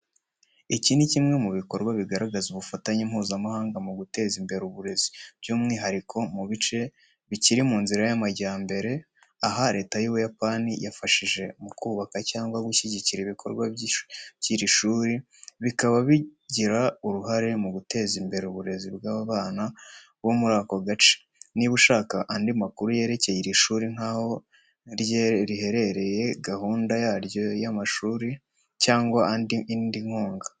Iki ni kimwe mu bikorwa bigaragaza ubufatanye mpuzamahanga mu guteza imbere uburezi, by’umwihariko mu bice bikiri mu nzira y’amajyambere. Aha, Leta y’u Buyapani yafashije mu kubaka cyangwa gushyigikira ibikorwa by’iri shuri, bikaba bigira uruhare mu guteza imbere uburezi bw’abana bo muri ako gace. Niba ushaka andi makuru yerekeye iri shuri nk’aho riherereye, gahunda yaryo y’amashuri, cyangwa indi nkunga .